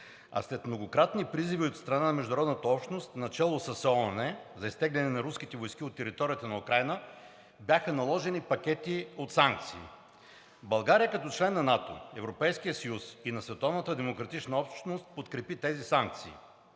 а след многократни призиви от страна на международната общност, начело с ООН, за изтегляне на руските войски от територията на Украйна, бяха наложени пакети от санкции. България като член на НАТО, Европейския съюз и на световната демократична